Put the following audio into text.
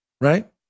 Right